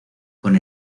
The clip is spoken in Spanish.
con